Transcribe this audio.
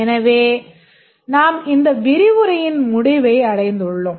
எனவே நாம் இந்த விரிவுரையின் முடிவை அடைந்துள்ளோம்